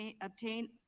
obtain